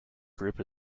group